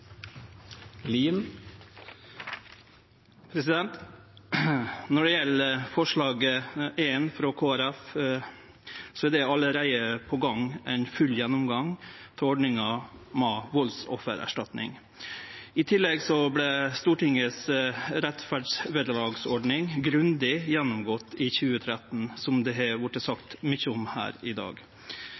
det allereie på gang ein full gjennomgang av ordninga med valdsoffererstatning. I tillegg vart Stortingets rettferdsvederlagsordning grundig gjennomgått i 2013, som det har vorte sagt mykje om her i dag.